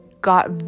got